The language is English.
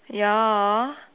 ya